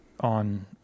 on